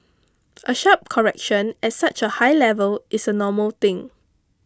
a sharp correction at such a high level is a normal thing